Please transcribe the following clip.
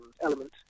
element